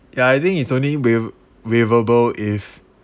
ya I think it's only waive waiverable if